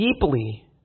deeply